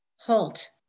halt